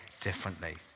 differently